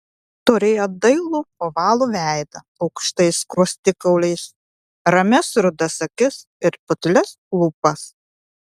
turėjo dailų ovalų veidą aukštais skruostikauliais ramias rudas akis ir putlias lūpas